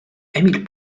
emil